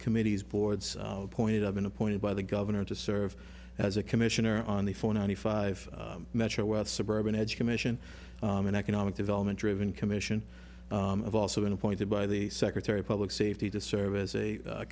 committees boards appointed i've been appointed by the governor to serve as a commissioner on the four ninety five metro well suburban edge commission and economic development driven commission i've also been appointed by the secretary public safety to serve as a